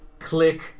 click